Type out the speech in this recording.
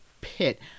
pit